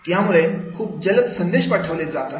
यामुळे खूप जलद संदेश पाठवले जात आहे